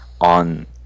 on